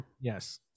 Yes